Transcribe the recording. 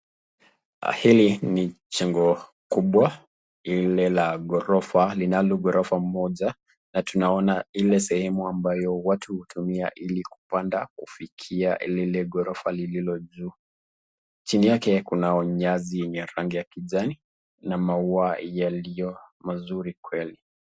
Hili ni jengo kubwa lile la ghorofa linalo ghorofa moja, tunaona ile sehemu ambayo watu utumia hili kupanda kufikie lile ghorofa lilolo juu , chini yake kunayo nyasi ya rangi kijani na maua yaliyo mazuri kweli.